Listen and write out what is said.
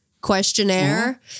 questionnaire